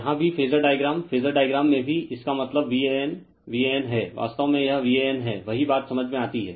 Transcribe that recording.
यहाँ भी phasor diagram phasor diagram में भी इसका मतलब VANVAN है वास्तव में यह VAN है वही बात समझ में आती है